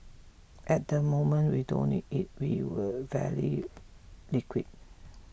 at the moment we don't need it we were very liquid